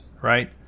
right